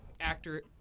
actor